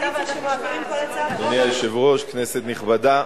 אדוני היושב-ראש, כנסת נכבדה,